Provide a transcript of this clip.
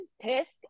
pissed